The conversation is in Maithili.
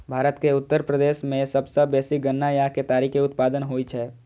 भारत के उत्तर प्रदेश मे सबसं बेसी गन्ना या केतारी के उत्पादन होइ छै